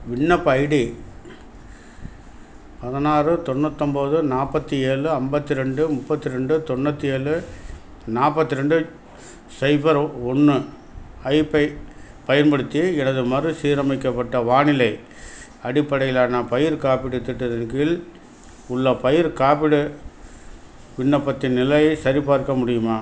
விண்ணப்ப ஐடி பதினாறு தொண்ணூத்தொம்பது நாற்பத்தி ஏழு ஐம்பத்து ரெண்டு முப்பத்து ரெண்டு தொண்ணூற்றி ஏழு நாற்பத்து ரெண்டு சைபர் ஒன்று ஐபை பயன்படுத்தி எனது மறுசீரமைக்கப்பட்ட வானிலை அடிப்படையிலான பயிர் காப்பீடுத் திட்டத்தின் கீழ் உள்ள பயிர் காப்பீடு விண்ணப்பத்தின் நிலையைச் சரிபார்க்க முடியுமா